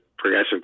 Progressive